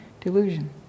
delusion